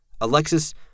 Alexis